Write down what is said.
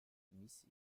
mrs